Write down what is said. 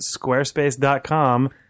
Squarespace.com